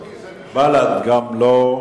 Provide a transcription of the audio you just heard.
בל"ד, גם לא,